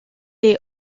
est